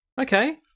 Okay